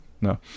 No